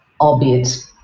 albeit